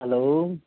hello